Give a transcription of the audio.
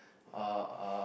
are are